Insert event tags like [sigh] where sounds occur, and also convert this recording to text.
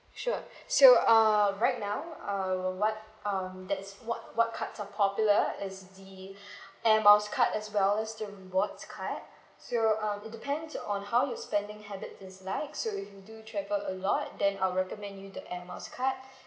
sure so uh right now uh what um that's what what card are popular is the [breath] air miles card as well as the rewards card so uh it depends on how you spending habits is like so if you do travel a lot then I'll recommend you to air miles card [breath]